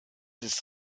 ist